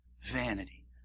vanity